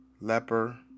Leper